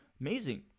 Amazing